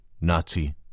Nazi